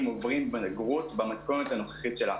עוברים בגרות במתכונת הנוכחית שלה.